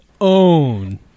own